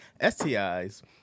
STIs